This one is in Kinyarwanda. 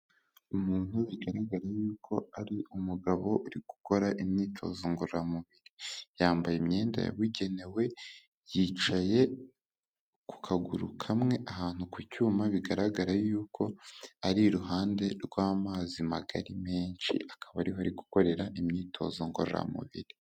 Umuntu bigaragara yuko ari umugabo uri gukora imyitozo ngororamubiri, yambaye imyenda yabugenewe, yicaye ku kaguru kamwe ahantu ku cyuma, bigaragara yuko ari iruhande rw'amazi magari menshi, akaba ariho ari gukorera imyitozo ngororamubiri.